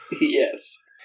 Yes